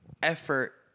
effort